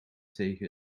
tegen